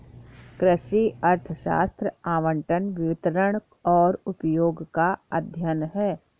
कृषि अर्थशास्त्र आवंटन, वितरण और उपयोग का अध्ययन है